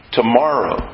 tomorrow